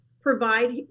provide